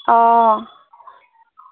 অঁ